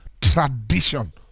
tradition